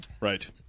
Right